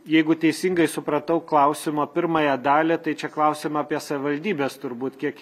jeigu teisingai supratau klausimo pirmąją dalį tai čia klausiama apie savivaldybes turbūt kiek